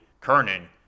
Kernan